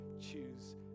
choose